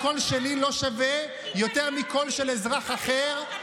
והקול שלי לא שווה יותר מקול של כל אזרח אחר.